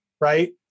right